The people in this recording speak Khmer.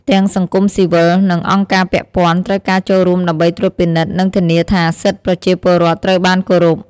ទាំងសង្គមស៊ីវិល និងអង្គការពាក់ព័ន្ធ ត្រូវការចូលរួមដើម្បីត្រួតពិនិត្យនិងធានាថាសិទ្ធិប្រជាពលរដ្ឋត្រូវបានគោរព។